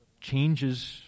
changes